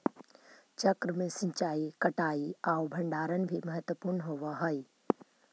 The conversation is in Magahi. चक्र में सिंचाई, कटाई आउ भण्डारण भी महत्त्वपूर्ण होवऽ हइ